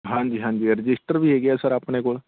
ਹਾਂਜੀ ਹਾਂਜੀ ਰਜਿਸਟਰ ਵੀ ਹੈਗੇ ਆ ਸਰ ਆਪਣੇ ਕੋਲ